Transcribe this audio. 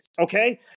okay